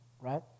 Right